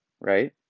right